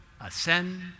ascend